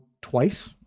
twice